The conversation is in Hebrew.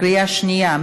בקריאה שנייה.